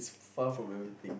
far from everything